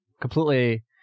completely